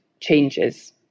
changes